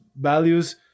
values